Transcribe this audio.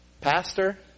pastor